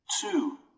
two